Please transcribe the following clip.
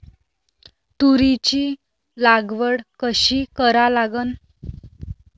तुरीची लागवड कशी करा लागन?